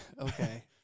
Okay